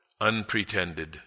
unpretended